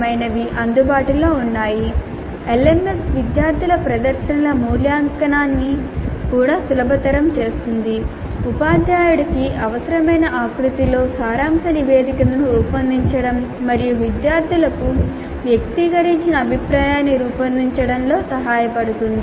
మైనవి అందుబాటులో ఉన్నాయి LMS విద్యార్థుల ప్రదర్శనల మూల్యాంకనాన్ని కూడా సులభతరం చేస్తుంది ఉపాధ్యాయుడికి అవసరమైన ఆకృతిలో సారాంశ నివేదికను రూపొందించండడం మరియు విద్యార్థులకు వ్యక్తిగతీకరించిన అభిప్రాయాన్ని రూపొందించడంలో సహాయపడుతుంది